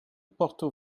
porto